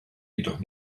jedoch